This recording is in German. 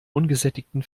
ungesättigten